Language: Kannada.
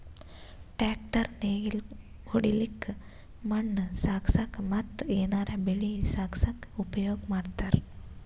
ಟ್ರ್ಯಾಕ್ಟರ್ ನೇಗಿಲ್ ಹೊಡ್ಲಿಕ್ಕ್ ಮಣ್ಣ್ ಸಾಗಸಕ್ಕ ಮತ್ತ್ ಏನರೆ ಬೆಳಿ ಸಾಗಸಕ್ಕ್ ಉಪಯೋಗ್ ಮಾಡ್ತಾರ್